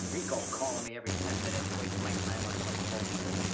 ricco calling me every ten minutes, wasting my time on some bullshit.